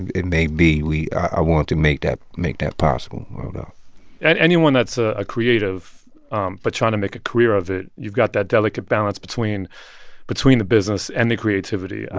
and it may be i wanted to make that make that possible and anyone that's a creative um but trying to make a career of it you've got that delicate balance between between the business and the creativity, and